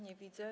Nie widzę.